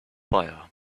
fire